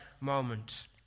moment